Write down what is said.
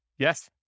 Yes